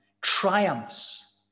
triumphs